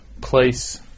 place